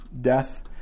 death